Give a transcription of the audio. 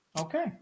okay